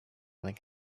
like